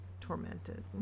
tormented